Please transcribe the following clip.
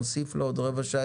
נוסיף לו עוד רבע שעה,